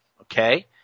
Okay